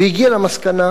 והגיע למסקנה